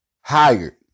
hired